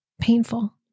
painful